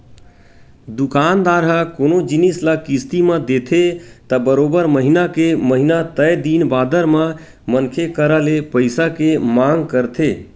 दुकानदार ह कोनो जिनिस ल किस्ती म देथे त बरोबर महिना के महिना तय दिन बादर म मनखे करा ले पइसा के मांग करथे